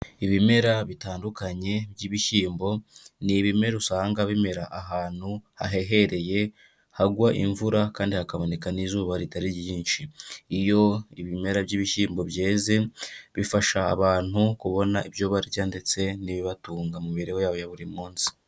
Ibimera bitandukanye by'ibishyimbo ni ibimera usanga bimera ahantu hahehereye, hagwa imvura kandi hakaboneka n'izuba ritari ryinshi. Iyo ibimera by'ibishyimbo byeze, bifasha abantu kubona ibyo barya ndetse n'ibibatunga mu mibereho yabo ya buri munsi.